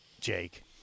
Jake